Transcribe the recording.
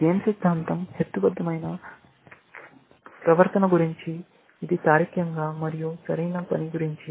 game సిద్ధాంతం హేతుబద్ధమైన ప్రవర్తన గురించి ఇది తార్కికంగా మరియు సరైన పని గురించి